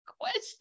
Question